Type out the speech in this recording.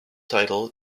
title